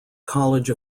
college